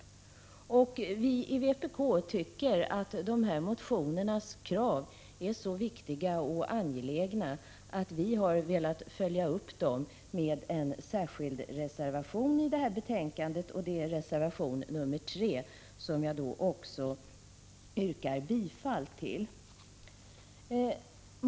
Vii vpk tycker att motionernas krav är så angelägna att vi har velat följa upp dem med en särskild reservation till det här betänkandet. Det är reservation nr 3, som jag yrkar bifall till.